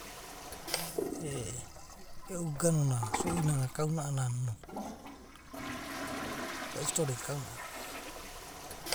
E’u ganu suinana, kau na’anana no, eu storyna kau, na, anana no.